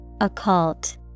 Occult